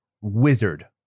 Wizard